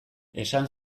esan